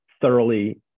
thoroughly